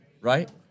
Right